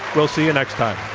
we'll see you next time.